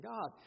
God